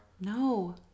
No